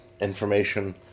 information